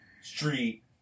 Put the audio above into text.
Street